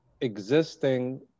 existing